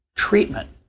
Treatment